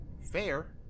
fair